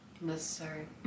Necessary